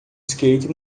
skate